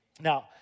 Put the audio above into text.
Now